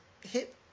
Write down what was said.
hip